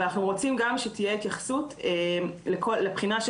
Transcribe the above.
אבל אנחנו רוצים גם שתהיה התייחסות לבחינה של